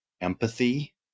empathy